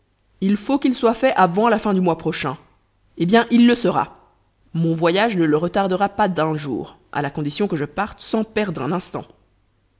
il faut qu'il soit fait avant la fin du mois prochain eh bien il le sera mon voyage ne le retardera pas d'un jour à la condition que je parte sans perdre un instant